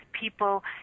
people